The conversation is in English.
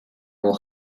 will